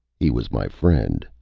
he was my friend,